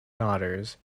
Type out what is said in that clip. daughters